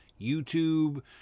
YouTube